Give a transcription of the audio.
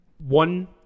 One